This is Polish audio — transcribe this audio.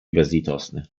bezlitosny